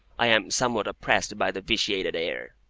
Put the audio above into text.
i am somewhat oppressed by the vitiated air